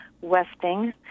Westing